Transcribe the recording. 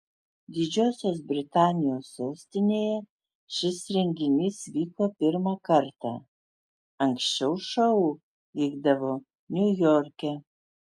didžiosios britanijos sostinėje šis renginys vyko pirmą kartą anksčiau šou vykdavo niujorke